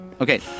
okay